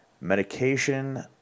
medication